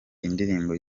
indirimbo